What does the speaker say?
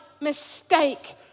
mistake